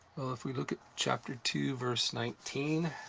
well, if we look at chapter two, verse nineteen,